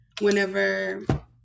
whenever